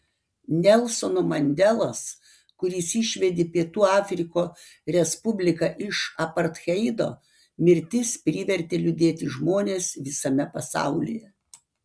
nelsono mandelos kuris išvedė pietų afriko respubliką iš apartheido mirtis privertė liūdėti žmones visame pasaulyje